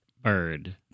bird